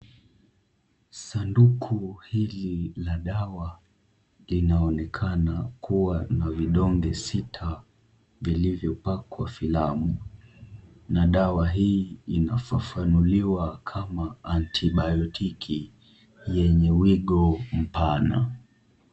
Sanduku hili la dawa linaonekana kuwa na vidonge sita vilivyo pakwa filamu na dawa hii inafafanuliwa kama antibayotiki yenye wigo mpana.